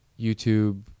YouTube